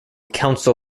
council